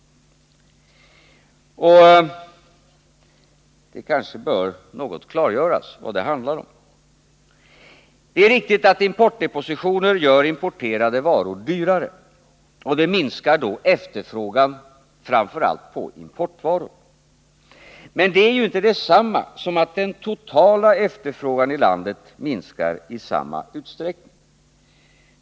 Kanske bör det något klargöras vad det handlar om. Det är riktigt att importdepositioner gör importerade varor dyrare och därmed minskar efterfrågan framför allt på sådana. Men det är ju inte detsamma som att den totala efterfrågan i landet minskar i samma utsträckning.